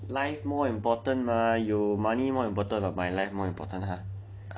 life more important mah you money more important oh my life more important ha